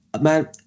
man